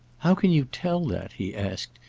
how can you tell that? he asked.